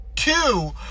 Two